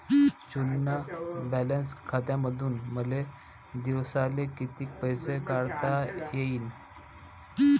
शुन्य बॅलन्स खात्यामंधून मले दिवसाले कितीक पैसे काढता येईन?